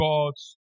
God's